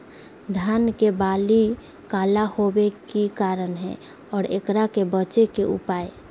धान के बाली काला होवे के की कारण है और एकरा से बचे के उपाय?